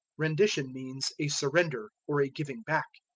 rendition means a surrender, or a giving back.